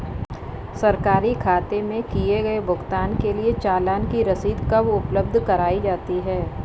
सरकारी खाते में किए गए भुगतान के लिए चालान की रसीद कब उपलब्ध कराईं जाती हैं?